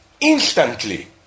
instantly